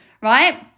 right